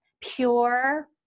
pure